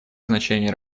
значение